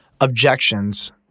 objections